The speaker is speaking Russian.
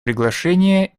приглашение